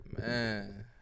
Man